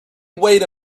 wait